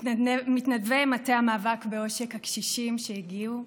מתנדבי מטה המאבק בעושק הקשישים שהגיעו,